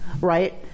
right